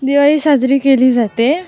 दिवाळी साजरी केली जाते